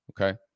Okay